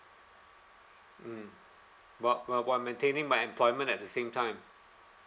mm while while maintaining my employment at the same time